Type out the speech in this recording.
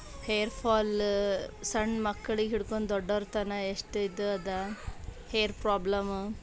hair fall ಸಣ್ಮಕ್ಳಿಗೆ ಹಿಡ್ಕೊಂಡು ದೊಡ್ಡವ್ರ ತನಕ ಎಷ್ಟು ಇದು ಅದ ಹೇರ್ ಪ್ರಾಬ್ಲಮ್ಮ